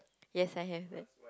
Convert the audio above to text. yes I have it